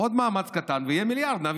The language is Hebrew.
עוד מאמץ קטן ויהיה מיליארד.